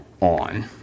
on